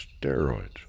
steroids